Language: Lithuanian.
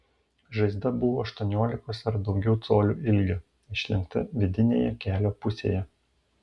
žaizda buvo aštuoniolikos ar daugiau colių ilgio išlenkta vidinėje kelio pusėje